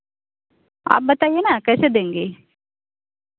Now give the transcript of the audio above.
आप बताईए ना कैसे देंगी